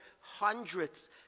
hundreds